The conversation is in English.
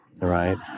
right